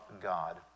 God